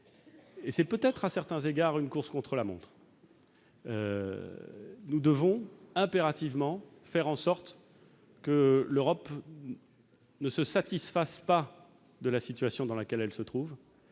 et c'est peut-être, à certains égards, une course contre la montre. Nous devons impérativement faire en sorte que l'Europe ne se satisfasse pas de la situation dans laquelle elle se trouve